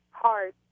hard